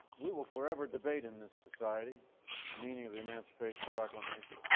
we will forever debate in this society the meaning of the emancipation proclamation.